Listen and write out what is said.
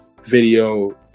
video